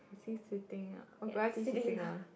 is he sitting uh is he sitting on